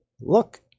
look